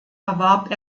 erwarb